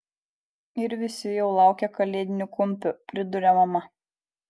ir visi jau laukia kalėdinių kumpių priduria mama